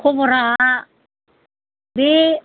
खबरा बे